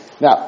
Now